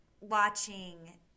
watching